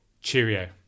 cheerio